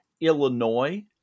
Illinois